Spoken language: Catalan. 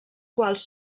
quals